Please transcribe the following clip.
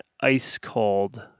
ice-cold